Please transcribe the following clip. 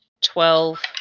twelve